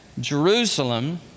Jerusalem